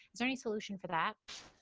is there any solution for that?